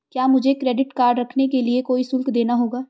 क्या मुझे credit card रखने के लिए कोई शुल्क देना होगा?